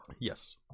Yes